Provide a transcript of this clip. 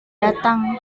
datang